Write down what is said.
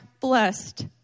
blessed